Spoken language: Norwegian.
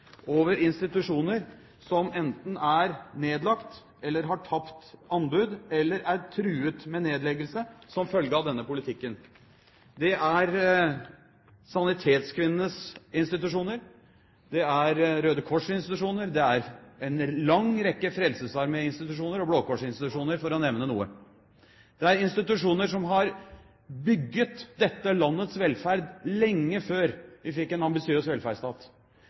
over institusjoner som enten er nedlagt, har tapt anbud eller er truet med nedleggelse som følge av denne politikken. Det er sanitetskvinnenes institusjoner, det er Røde Kors-institusjoner, det er en lang rekke av Frelsesarmeens institusjoner og Blå Kors-institusjoner, for å nevne noen. Det er institusjoner som bygget dette landets velferd lenge før vi fikk en ambisiøs velferdsstat.